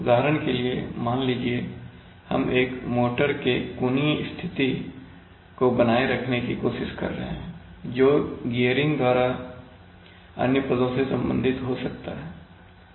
उदाहरण के लिए मान लीजिए हम एक मोटर के कोणीय स्थिति को बनाए रखने की कोशिश कर रहे हैं जो गियरिंग आदि द्वारा अन्य पदों से संबंधित हो सकती है